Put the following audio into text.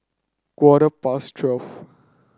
quarter past twelve